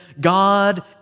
God